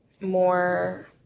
more